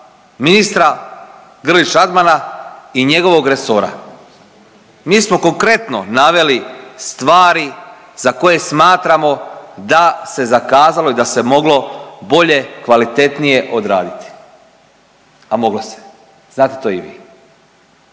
ministra Grlić Radmana i njegovog resora. Mi smo konkretno naveli stvari za koje smatramo da se zakazalo i da se moglo bolje, kvalitetnije odraditi. A moglo se, znate to i vi.